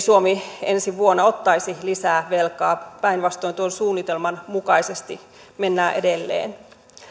suomi ensi vuonna ottaisi lisää velkaa päinvastoin tuon suunnitelman mukaisesti mennään edelleen